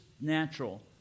natural